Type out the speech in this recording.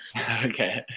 Okay